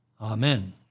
Amen